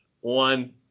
one